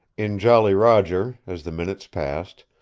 in jolly roger, as the minutes passed,